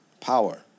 power